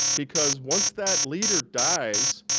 because once that leader dies,